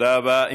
תודה רבה.